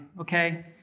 okay